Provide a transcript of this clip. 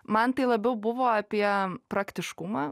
man tai labiau buvo apie praktiškumą